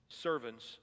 servants